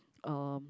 um